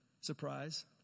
Surprise